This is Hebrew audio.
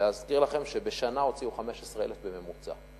להזכיר לכם שבשנה הוציאו 15,000 בממוצע.